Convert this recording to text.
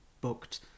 booked